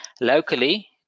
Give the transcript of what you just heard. Locally